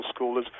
schoolers